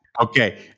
Okay